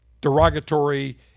derogatory